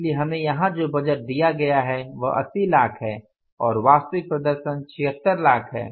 इसलिए हमे यहां जो बजट दिया गया है वह 80 लाख है और वास्तविक प्रदर्शन 76 लाख है